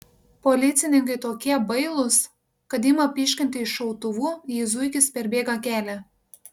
policininkai tokie bailūs kad ima pyškinti iš šautuvų jei zuikis perbėga kelią